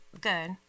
Good